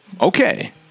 Okay